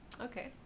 Okay